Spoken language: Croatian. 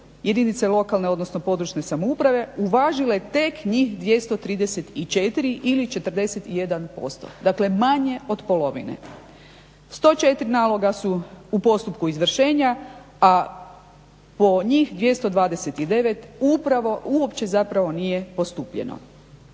jedinice lokalne odnosno područne samouprave uvažile tek njih 234 ili 41%, dakle manje od polovine. 104 naloga su u postupku izvršenja, a po njih 229 upravo uopće zapravo nije postupljeno.